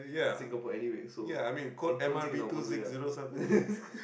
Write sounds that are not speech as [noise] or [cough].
Singapore anyway so influencing in our way ah [laughs]